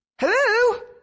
Hello